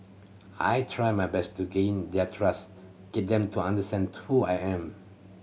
I try my best to gain their trust get them to understand who I am